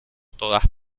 todas